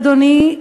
אדוני,